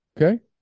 Okay